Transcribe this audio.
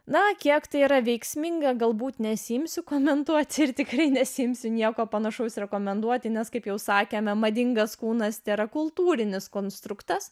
na kiek tai yra veiksminga galbūt nesiimsiu komentuoti ir tikrai nesiimsiu nieko panašaus rekomenduoti nes kaip jau sakėme madingas kūnas tėra kultūrinis konstruktas